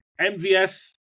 MVS